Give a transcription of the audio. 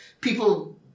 people